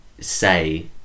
say